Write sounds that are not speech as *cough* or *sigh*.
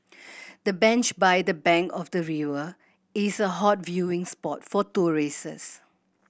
the bench by the bank of the river is a hot viewing spot for *unintelligible*